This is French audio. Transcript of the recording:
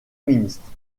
ministre